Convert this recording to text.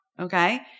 Okay